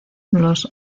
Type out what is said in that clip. los